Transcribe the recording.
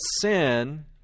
sin